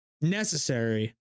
necessary